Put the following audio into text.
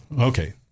Okay